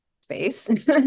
space